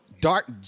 dark